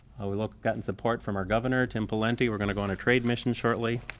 we've gotten support from our governor tim pawlenty, we're going to go on a trade mission shortly.